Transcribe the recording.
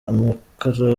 amakara